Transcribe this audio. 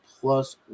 plus